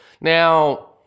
Now